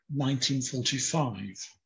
1945